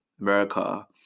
America